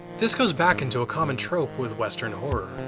this goes back into a common trope with western horror,